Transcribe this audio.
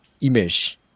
image